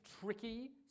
tricky